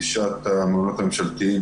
ציינת שיש שני מעונות ממשלתיים